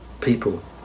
people